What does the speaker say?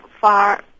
far